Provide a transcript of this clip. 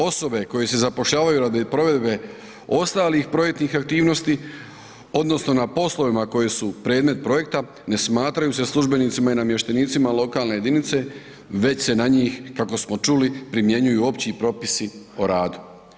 Osobe koje se zapošljavaju radi provedbe ostalih projektnih aktivnosti, odnosno na poslovima koji su predmet projekta, ne smatraju se službenicima i namještenicima lokalne jedinice, već se na njih, kako smo čuli primjenjuju opći propisi o radu.